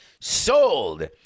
sold